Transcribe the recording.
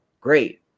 Great